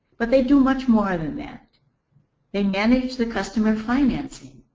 but they do much more than that they manage the customer financing.